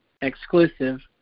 exclusive